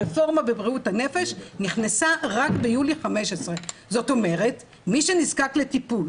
הרפורמה בבריאות הנפש נכנסה רק ביולי 2015. זאת אומרת מי שנזקק לטיפול,